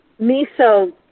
miso